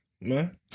man